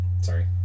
Sorry